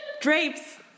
Drapes